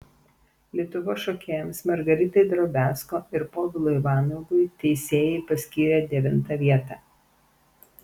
lietuvos šokėjams margaritai drobiazko ir povilui vanagui teisėjai paskyrė devintą vietą